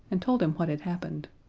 and told him what had happened.